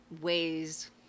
ways